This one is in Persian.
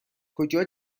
کجا